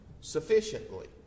sufficiently